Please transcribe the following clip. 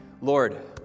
Lord